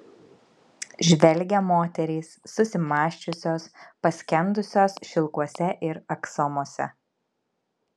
žvelgia moterys susimąsčiusios paskendusios šilkuose ir aksomuose